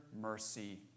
mercy